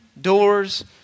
doors